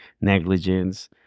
negligence